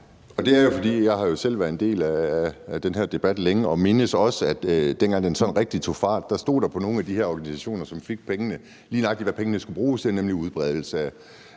Det er jo, fordi jeg selv har været en del af den her debat længe og også mindes, at dengang den sådan rigtig tog fart, stod der ved nogle af de her organisationers navne, som fik pengene, lige nøjagtig hvad pengene skulle bruges til, nemlig udbredelse af